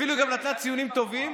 אפילו היא גם נתנה ציונים טובים,